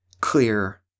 clear